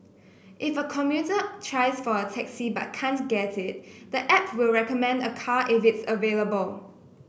if a commuter tries for a taxi but can't get it the app will recommend a car if it's available